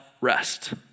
rest